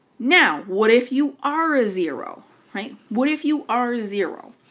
now, what if you are a zero, right? what if you are zero?